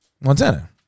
Montana